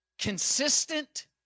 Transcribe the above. Consistent